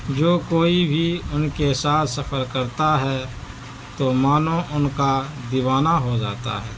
جو کوئی بھی ان کے ساتھ سفر کرتا ہے تو مانو ان کا دیوانہ ہو جاتا ہے